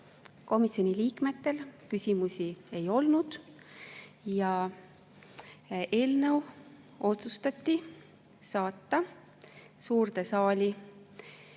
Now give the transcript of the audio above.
Komisjoni liikmetel küsimusi ei olnud ja eelnõu otsustati saata suurde saali.